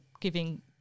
giving